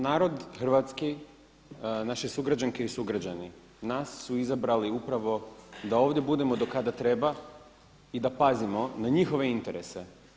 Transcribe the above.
Narod hrvatski, naše sugrađanke i sugrađani, nas su izabrali upravo da ovdje budemo do kada treba i da pazimo na njihove interese.